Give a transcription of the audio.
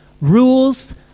rules